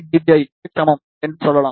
5 dBi க்கு சமம் என்று சொல்லலாம்